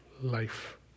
life